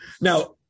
now